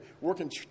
working